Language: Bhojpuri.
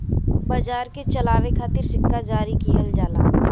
बाजार के चलावे खातिर सिक्का जारी किहल जाला